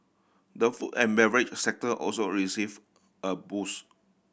the food and beverage sector also received a boost